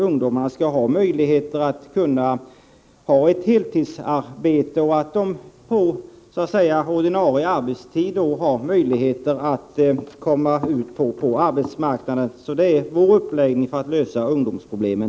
Ungdomarna skall få möjlighet till ett heltidsarbete på ordinarie arbetstid på arbetsmarknaden. Det är vår uppläggning när det gäller att lösa ungdomsproblemen.